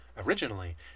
Originally